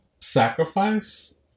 sacrifice